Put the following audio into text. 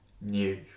new